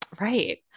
right